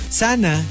sana